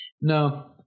No